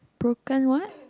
broken what